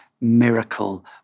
miracle